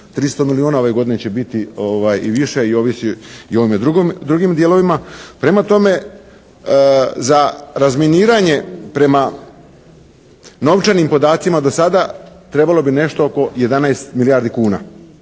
300 milijona, ove godine će biti i više i ovisi i o ovim drugim dijelovima. Prema tome, za razminiranje prema novčanim podacima do sada trebalo bi nešto oko 11 milijardi kuna.